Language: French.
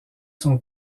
sont